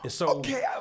okay